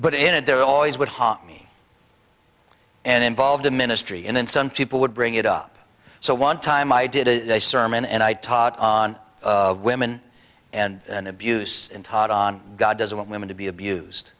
but in and there always would haunt me and involved in ministry and then some people would bring it up so one time i did a sermon and i taught on women and abuse and taught on god doesn't want women to be abused